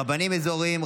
רבנים אזוריים,